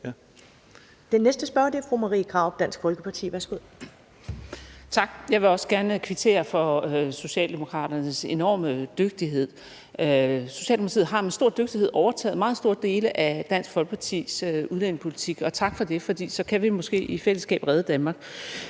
Den næste spørger er fru Marie Krarup, Dansk Folkeparti. Værsgo. Kl. 10:53 Marie Krarup (DF): Tak. Jeg vil også gerne kvittere for Socialdemokraternes enorme dygtighed. Socialdemokratiet har med stor dygtighed overtaget meget store dele af Dansk Folkepartis udlændingepolitik, og tak for det, for så kan vi måske i fællesskab redde Danmark.